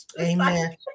Amen